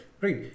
Right